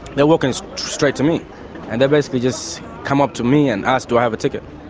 they're walking straight to me and they've basically just come up to me and asked do i have a ticket.